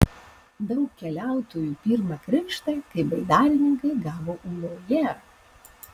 daug keliautojų pirmą krikštą kaip baidarininkai gavo ūloje